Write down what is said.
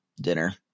dinner